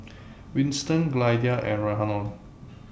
Winston Glynda and Rhiannon